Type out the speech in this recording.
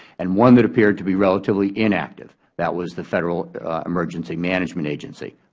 and one that appeared to be relatively inactive, that was the federal emergency management agency